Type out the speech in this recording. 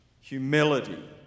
humility